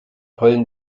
heulen